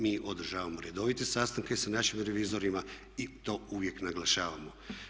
Mi održavamo redovite sastanke sa našim revizorima i to uvijek naglašavamo.